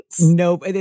Nope